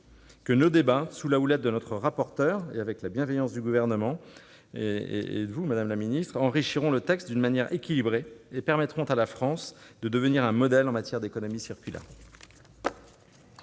que nos débats, sous la houlette de notre rapporteure et avec la bienveillance de Mme la secrétaire d'État et du Gouvernement, enrichiront ce texte d'une manière équilibrée et permettront à la France de devenir un modèle en matière d'économie circulaire.